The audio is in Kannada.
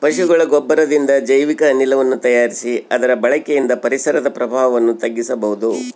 ಪಶುಗಳ ಗೊಬ್ಬರದಿಂದ ಜೈವಿಕ ಅನಿಲವನ್ನು ತಯಾರಿಸಿ ಅದರ ಬಳಕೆಯಿಂದ ಪರಿಸರದ ಪ್ರಭಾವವನ್ನು ತಗ್ಗಿಸಬಹುದು